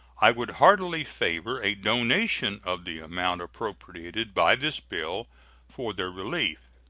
i would heartily favor a donation of the amount appropriated by this bill for their relief.